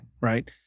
Right